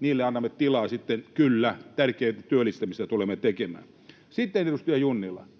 niille annamme tilaa sitten. Kyllä, tärkeätä työllistämistä tulemme tekemään. Sitten, edustaja Junnila,